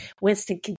Winston